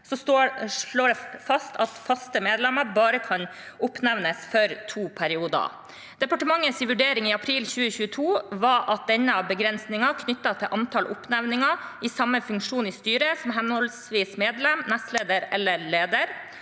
slår fast at faste medlemmer bare kan oppnevnes for to perioder. Departementets vurdering i april 2022 var at denne begrensningen er knyttet til antall oppnevninger i samme funksjon i styret, som henholdsvis medlem, nestleder eller leder.